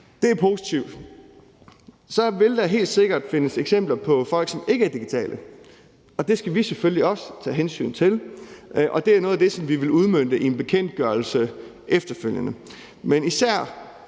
Det er positivt. Kl. 15:11 Så vil der helt sikkert findes eksempler på folk, som ikke er digitale, og det skal vi selvfølgelig også tage hensyn til, og det er noget af det, som vi vil udmønte i en bekendtgørelse efterfølgende. Men især